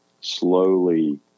slowly